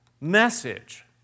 message